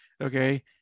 okay